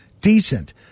Decent